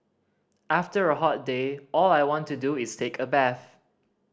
after a hot day all I want to do is take a bath